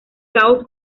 caos